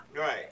Right